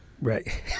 Right